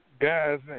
guys